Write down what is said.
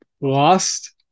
Lost